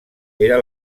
era